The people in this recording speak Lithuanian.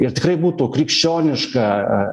ir tikrai būtų krikščioniška